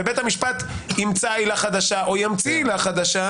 ובית המשפט ימצא עילה חדשה או ימציא לחדשה,